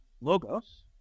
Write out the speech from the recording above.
Logos